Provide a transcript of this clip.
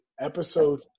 Episode